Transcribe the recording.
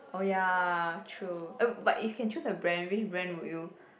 oh ya true but if can choose a brand which brand would you